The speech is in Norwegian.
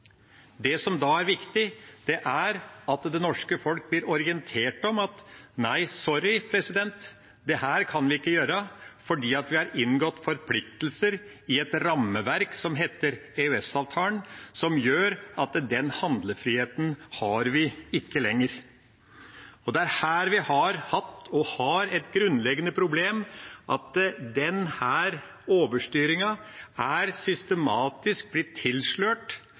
Det som da er viktig, er at det norske folk blir orientert om at nei, sorry, dette kan vi ikke gjøre, for vi har påtatt oss forpliktelser i et rammeverk som heter EØS-avtalen, som gjør at vi ikke lenger har den handlefriheten. Det er her vi har hatt og har et grunnleggende problem: Denne overstyringen er systematisk blitt tilslørt,